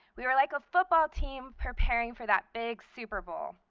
we were like a football team preparing for that big super bowl.